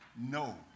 No